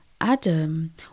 Adam